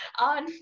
on